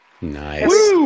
Nice